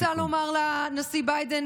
עולה ואומר את הדברים.